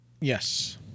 Yes